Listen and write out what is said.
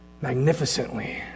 magnificently